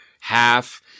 half